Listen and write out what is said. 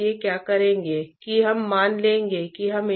अब कंडक्शन हम समझते हैं कि यह क्या है